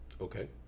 Okay